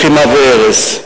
לחימה והרס.